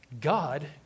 God